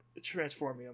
Transformium